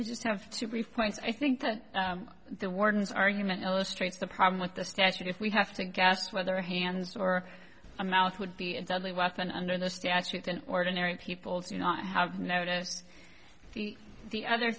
i just have to brief points i think that the warden's argument illustrates the problem with the statute if we have to guess whether hands or a mouth would be a deadly weapon under the statute and ordinary people do not have noticed the other